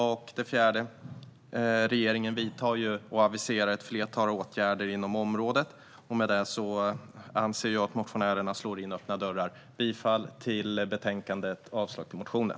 För det fjärde vidtar och aviserar regeringen ett flertal åtgärder inom området, och därmed anser jag att motionärerna slår in öppna dörrar. För det femte yrkar jag bifall till utskottets förslag i betänkandet och avslag på motionen.